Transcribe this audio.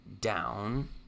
down